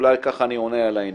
אולי ככה אני עונה על העניין.